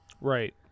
Right